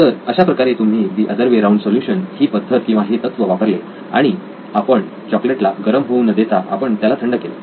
तर अशाप्रकारे तुम्ही the other way round solution ही पद्धत किंवा हे तत्त्व वापरले आणि आपण चॉकलेट्ला गरम होऊ न देता आपण त्याला थंड केले